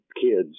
kids